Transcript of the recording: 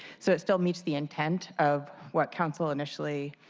so it still meets the intent of what counsel initially